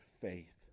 faith